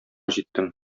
җиттем